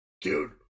dude